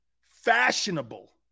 fashionable